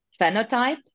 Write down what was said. phenotype